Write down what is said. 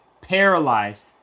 paralyzed